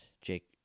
Jake